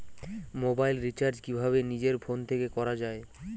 Mobile recharge কিভাবে নিজের phone থেকে করা য়ায়?